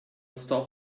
stop